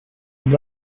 and